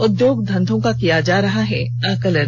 उद्योग धंधों का किया जा रहा आकलन